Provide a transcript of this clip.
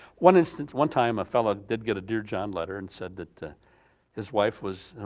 one instance, one time a fellow did get a dear john letter and said that his wife was